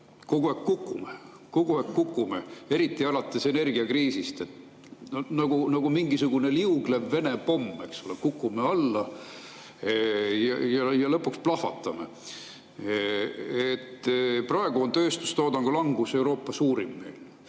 kogu aeg kukume, kogu aeg kukume, eriti alates energiakriisist. Nagu mingisugune liuglev Vene pomm kukume alla ja lõpuks plahvatame. Praegu on meil tööstustoodangu langus Euroopa suurim.